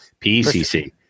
PCC